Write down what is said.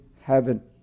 heaven